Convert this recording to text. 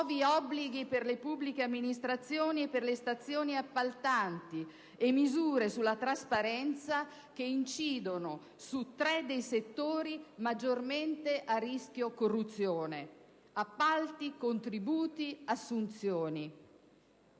nuovi obblighi per le pubbliche amministrazioni e per le stazioni appaltanti e misure sulla trasparenza che incidono su tre dei settori maggiormente a rischio corruzione: appalti, contributi, assunzioni.